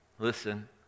Listen